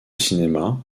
cinéma